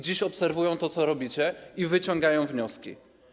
Dziś obserwują to, co robicie, i wyciągają wnioski.